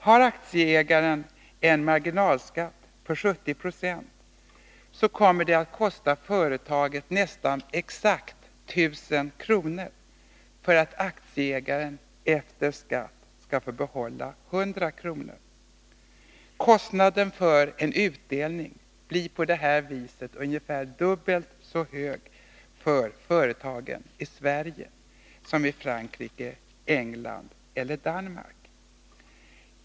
Har aktieägaren en marginalskatt på 70 70 kommer det att kosta företaget nästan exakt 1000 kr. för att aktieägaren efter skatt skall få behålla 100 kr. Kostnaden för en utdelning blir på detta vis ungefär dubbelt så hög för företagen i Sverige som i Frankrike, England eller Danmark.